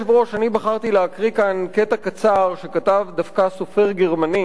אני בחרתי להקריא כאן קטע קצר שכתב דווקא סופר גרמני,